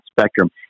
spectrum